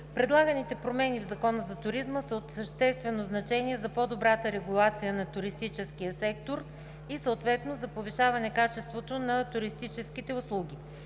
Предлаганите промени в Закона за туризма са от съществено значение за по-добрата регулация на туристическия сектор и съответно за повишаване качеството на туристическите услуги.